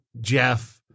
Jeff –